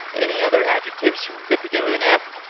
any other adjectives that begin with an f.